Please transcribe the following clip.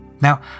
now